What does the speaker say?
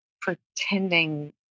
pretending